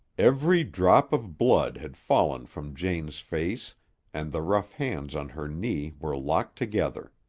every drop of blood had fallen from jane's face and the rough hands on her knee were locked together.